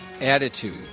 attitude